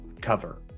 Cover